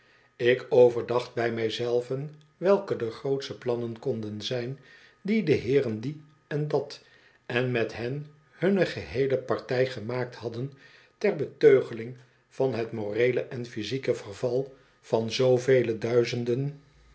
ik overdacht bij mij zelve welke de grootsche plannen konden zijn die de heeren die en dat en met hen hun geheele partij gemaakt hadden ter beteugeling van het moreele en physieke verval van zoovele